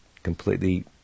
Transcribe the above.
completely